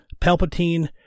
Palpatine